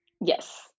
Yes